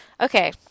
Okay